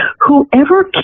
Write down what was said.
Whoever